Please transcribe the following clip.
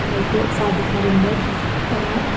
കാണാനായിട്ട് സാധിക്കാറുണ്ട്